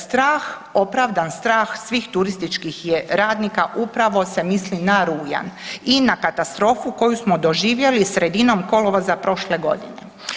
Strah, opravdan strah svih turističkih je radnika upravo se misli na rujan i na katastrofu koju smo doživjeli sredinom kolovoza prošle godine.